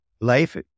life